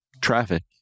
traffic